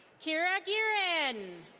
kira giren.